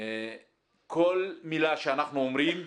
כל מילה שאנחנו אומרים,